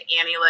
Annie